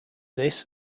this